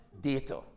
data